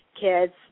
kids